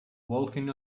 walking